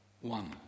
One